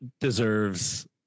deserves